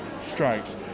strikes